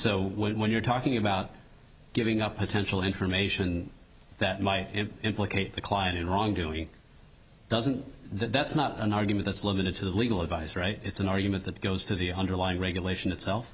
so when you're talking about giving up potential information that might implicate the client in wrongdoing doesn't that that's not an argument that's limited to the legal advice right it's an argument that goes to the underlying regulation itself